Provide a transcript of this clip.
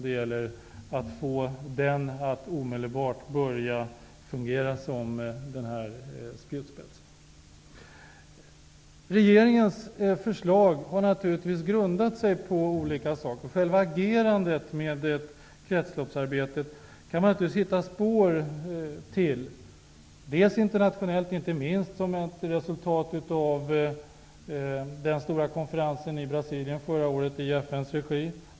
Det gäller att få delegationen att omedelbart fungera såsom en spjutspets. Regeringens förslag har naturligtvis grundat sig på olika saker. Själva agerandet med ett kretsloppsarbete kan man naturligtvis hitta spår till, bl.a. internationellt, som ett resultat av den stora konferensen i Brasilien förra året i FN:s regi.